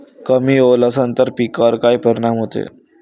कमी ओल असनं त पिकावर काय परिनाम होते?